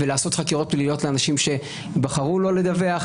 ולעשות חקירות פליליות לאנשים שבחרו לא לדווח.